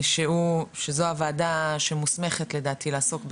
שזו הוועדה שמוסמכת לדעתי לעסוק בהכל,